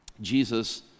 Jesus